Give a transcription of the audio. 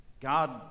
God